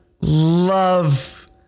love